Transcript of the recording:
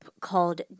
called